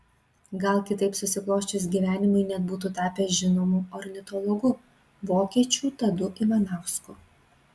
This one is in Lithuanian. gal kitaip susiklosčius gyvenimui net būtų tapęs žinomu ornitologu vokiečių tadu ivanausku